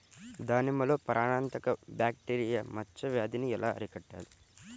దానిమ్మలో ప్రాణాంతక బ్యాక్టీరియా మచ్చ వ్యాధినీ ఎలా అరికట్టాలి?